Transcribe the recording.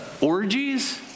orgies